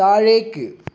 താഴേക്ക്